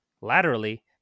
laterally